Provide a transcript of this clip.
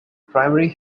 primary